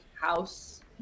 house